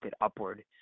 upward